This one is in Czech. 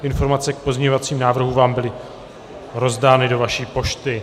Informace k pozměňovacím návrhům vám byly rozdány do vaší pošty.